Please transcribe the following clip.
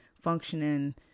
functioning